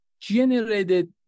generated